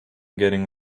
getting